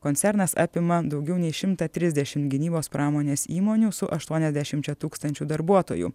koncernas apima daugiau nei šimtą trisdešimt gynybos pramonės įmonių su aštuoniasdešimčia tūkstančių darbuotojų